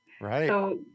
Right